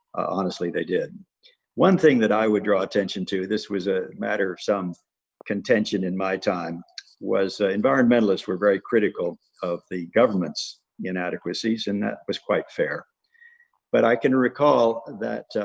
honestly they did one thing that i would draw attention to this was a matter of some contention in my time was environmentalists were very critical of the government's inadequacies and that was quite fair but i can recall that